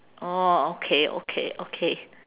orh okay okay okay